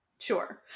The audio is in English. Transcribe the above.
sure